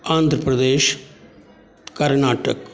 Andhra Pradesh Karnataka